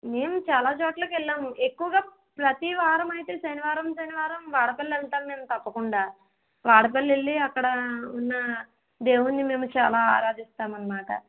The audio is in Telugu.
మేము చాలా చోట్లకు వెళ్ళాము ఎక్కువుగా ప్రతి వారం అయితే శనివారం శనివారం వాడపల్లి వెళ్తాము మేము తప్పకుండా వాడపల్లి వెళ్ళి అక్కడ ఉన్న దేవుడిని మేము చాలా ఆరాధిస్తాము అనమాట